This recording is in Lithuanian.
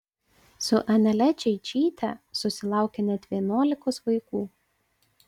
su anele čeičyte susilaukė net vienuolikos vaikų